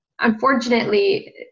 Unfortunately